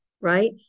right